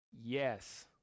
Yes